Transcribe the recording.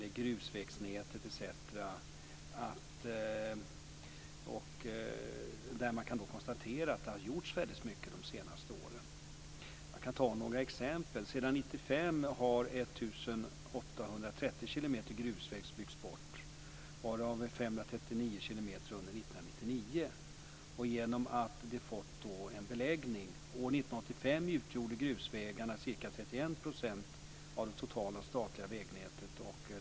Man kan konstatera att det har gjorts väldigt mycket de senaste åren på de områdena. Jag kan ta några exempel. Sedan 1995 har 1 830 utgjorde grusvägarna ca 31 % av det totala statliga vägnätet.